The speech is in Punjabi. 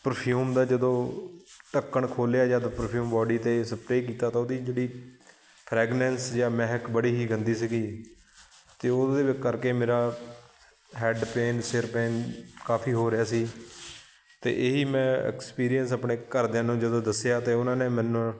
ਪ੍ਰਫਿਊਮ ਦਾ ਜਦੋਂ ਢੱਕਣ ਖੋਲ੍ਹਿਆ ਜਦ ਪ੍ਰਫਿਊਮ ਬੋਡੀ 'ਤੇ ਸਪਰੇਅ ਕੀਤਾ ਤਾਂ ਉਹਦੀ ਜਿਹੜੀ ਫਰੈਗਨੈਂਸ ਜਾਂ ਮਹਿਕ ਬੜੀ ਹੀ ਗੰਦੀ ਸੀਗੀ ਅਤੇ ਉਹਦੇ ਕਰਕੇ ਮੇਰਾ ਹੈਡ ਪੇਨ ਸਿਰ ਪੇਨ ਕਾਫੀ ਹੋ ਰਿਹਾ ਸੀ ਅਤੇ ਇਹੀ ਮੈਂ ਐਕਸਪੀਰੀਅੰਸ ਆਪਣੇ ਘਰਦਿਆਂ ਨੂੰ ਜਦੋਂ ਦੱਸਿਆ ਤਾਂ ਉਹਨਾਂ ਨੇ ਮੇਰੇ ਨਾਲ